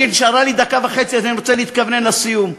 נשארה לי דקה וחצי, אז אני רוצה להתכוונן לסיום.